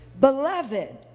Beloved